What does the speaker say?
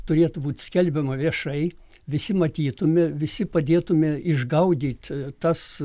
turėtų būt skelbiama viešai visi matytume visi padėtume išgaudyt tas